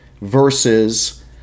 versus